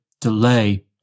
delay